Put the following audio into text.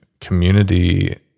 community